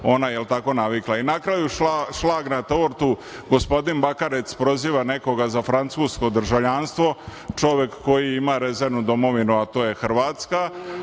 ona, jel tako, navikla. Na kraju, šlag na tortu, gospodin Bakarec proziva nekoga za francusko državljanstvo, čovek koji ima rezervnu domovinu, a to je Hrvatska.